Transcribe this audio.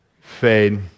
fade